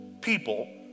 people